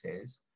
says